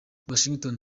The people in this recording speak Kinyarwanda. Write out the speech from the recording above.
washington